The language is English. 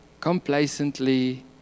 complacently